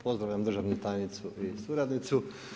Pozdravljam državnu tajnicu i suradnicu.